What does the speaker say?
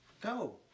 go